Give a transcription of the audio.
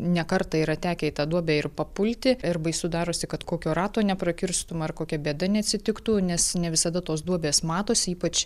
ne kartą yra tekę į tą duobę ir papulti ir baisu darosi kad kokio rato neprakirstum ar kokia bėda neatsitiktų nes ne visada tos duobės matosi ypač